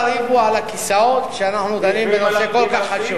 אל תריבו על הכיסאות כשאנחנו דנים בנושא כה חשוב.